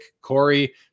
Corey